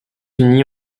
unis